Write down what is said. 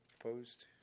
Opposed